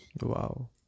Wow